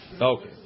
Okay